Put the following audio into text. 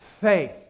faith